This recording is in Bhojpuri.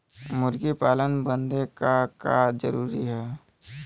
मुर्गी पालन बदे का का जरूरी ह?